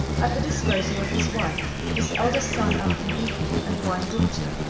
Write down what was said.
at the disposal of his wife, his eldest son up from eton, and one daughter,